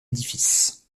édifice